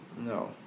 No